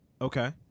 Okay